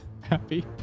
Happy